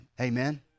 Amen